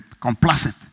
complacent